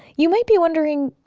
you might be wondering,